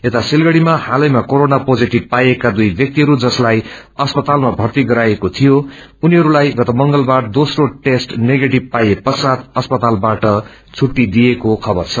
यता सिलगढ़ीमा हलैमा कोरोना पोजेटिम पाइएका दुई व्याक्तिहरू जसलाई अस्पमालामा भर्ती गराइएको थियो उनीहरूलाई गत मंगलवार दोस्रां टेस्ट नेगेटिम पाइए पश्यात अस्पतालामाव झुट्टी दिइएका खबर छ